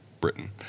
Britain